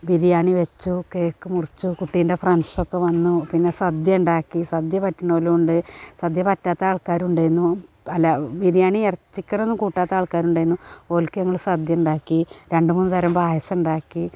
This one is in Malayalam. ബിരിയാണി വെച്ചു കേക്ക് മുറിച്ചു കുട്ടീൻറ്റെ ഫ്രണ്ട്സ്സൊക്കെ വന്നു പിന്നെ സദ്യയുണ്ടാക്കി സദ്യ പറ്റണോലുണ്ട് സദ്യ പറ്റാത്ത ആൾക്കാരും ഉണ്ടായിരുന്നു അല്ല ബിരിയാണി ഇറച്ചി കറി ഒന്നും കൂട്ടാത്ത ആൾക്കാരുണ്ടായിരുന്നു ഓല്ക്ക് ഞങ്ങള് സദ്യയുണ്ടാക്കി രണ്ടു മൂന്ന് തരം പായസമുണ്ടാക്കി